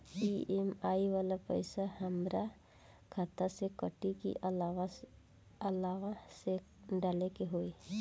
EMI वाला पैसा हाम्रा खाता से कटी की अलावा से डाले के होई?